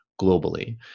globally